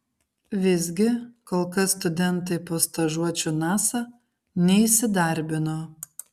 visgi kol kas studentai po stažuočių nasa neįsidarbino